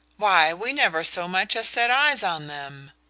why, we never so much as set eyes on them.